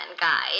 guide